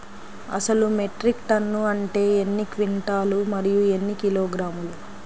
అసలు metric ton అంటే ఎన్ని క్వింటాలు మరియు ఎన్ని కిలోగ్రాములు?